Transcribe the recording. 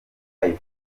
life